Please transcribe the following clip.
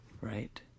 Right